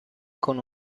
con